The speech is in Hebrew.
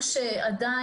בנושא.